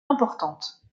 importante